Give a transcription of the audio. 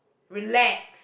relax